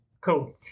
Cool